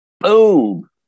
boom